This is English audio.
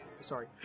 Sorry